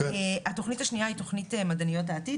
התכנית השנייה היא תכנית מדעניות העתיד,